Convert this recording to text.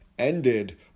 ended